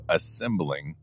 Assembling